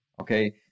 okay